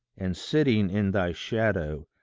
and sitting in thy shadow,